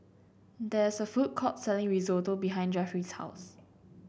there is a food court selling Risotto behind Jeffry's house